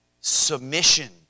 submission